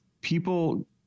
people